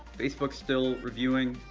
facebook's still reviewing.